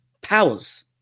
powers